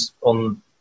on